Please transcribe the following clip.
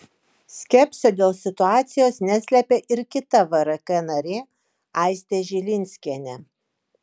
skepsio dėl situacijos neslėpė ir kita vrk narė aistė žilinskienė